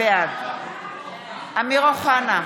בעד אמיר אוחנה,